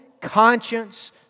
conscience